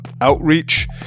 Outreach